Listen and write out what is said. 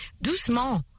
doucement